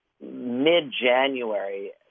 mid-January